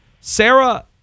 Sarah